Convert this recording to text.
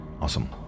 Awesome